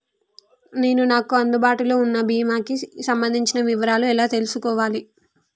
నేను నాకు అందుబాటులో ఉన్న బీమా కి సంబంధించిన వివరాలు ఎలా తెలుసుకోవాలి?